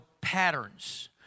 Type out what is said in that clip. patterns